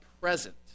present